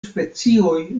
specioj